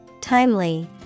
Timely